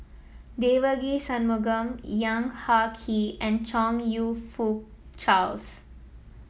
Devagi Sanmugam Yong Ah Kee and Chong You Fook Charles